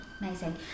amazing